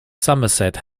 somerset